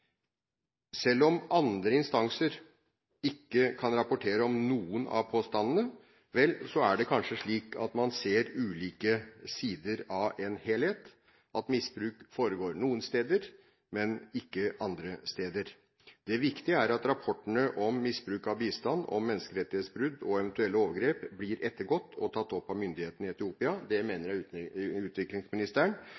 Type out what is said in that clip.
Selv om andre instanser ikke kan rapportere om noen av påstandene, er det kanskje slik at man ser ulike sider av en helhet, at misbruk foregår noen steder, men ikke andre steder. Det viktige er at rapportene om misbruk av bistand, om menneskerettighetsbrudd og eventuelle overgrep blir ettergått og tatt opp med myndighetene i Etiopia. Det mener